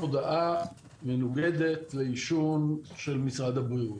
מודעה מנוגדת לעישון של משרד הבריאות,